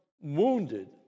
wounded